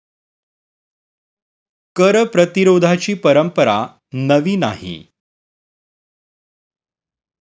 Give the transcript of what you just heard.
कर प्रतिरोधाची परंपरा नवी नाही